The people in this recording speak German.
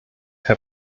herr